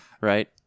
right